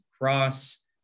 cross